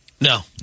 No